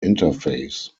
interface